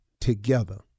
together